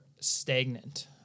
stagnant